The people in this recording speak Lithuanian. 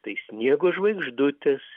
tai sniego žvaigždutės